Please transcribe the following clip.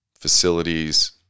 Facilities